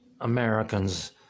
Americans